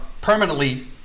permanently